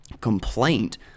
complaint